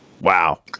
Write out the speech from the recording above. Wow